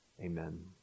Amen